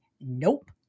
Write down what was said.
Nope